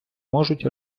можуть